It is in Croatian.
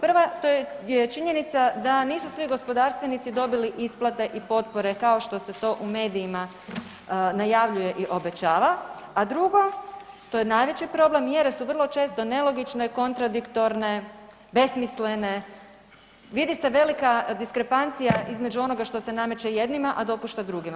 Prva to je činjenica da nisu svi gospodarstvenici dobili isplate i potpore kao što se to u medijima najavljuje i obećava, a drugo to je najveći problem, mjere su vrlo često nelogične i kontradiktorne, besmislene, vidi se velika diskrepancija između onoga što se nameće jednima, a dopušta drugima.